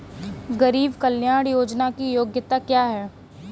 गरीब कल्याण योजना की योग्यता क्या है?